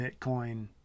Bitcoin